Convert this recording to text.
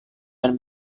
dan